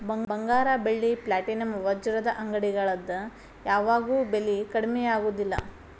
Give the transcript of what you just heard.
ಬಂಗಾರ ಬೆಳ್ಳಿ ಪ್ಲಾಟಿನಂ ವಜ್ರದ ಅಂಗಡಿಗಳದ್ ಯಾವಾಗೂ ಬೆಲಿ ಕಡ್ಮಿ ಆಗುದಿಲ್ಲ